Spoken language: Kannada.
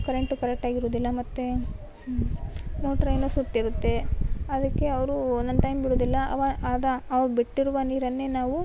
ಕರೆಂಟು ಕರೆಕ್ಟಾಗಿ ಇರೋದಿಲ್ಲ ಮತ್ತೆ ಮೋಟ್ರ್ ಏನೋ ಸುಟ್ಟಿರುತ್ತೆ ಅದಕ್ಕೆ ಅವರು ಒಂದೊಂದು ಟೈಮ್ ಬಿಡೋದಿಲ್ಲ ಅವ ಆದ ಆವಾಗ ಬಿಟ್ಟಿರುವ ನೀರನ್ನೇ ನಾವು